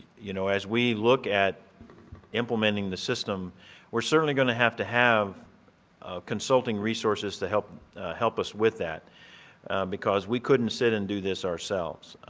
you know, as we look at implementing the system we're certainly going to have to have consulting resources to help help us with that because we couldn't sit and do this ourselves.